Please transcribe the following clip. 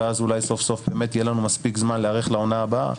ואז אולי סוף-סוף באמת יהיה לנו מספיק זמן להיערך לעונה הבאה.